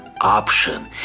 option